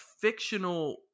fictional